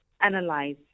analyze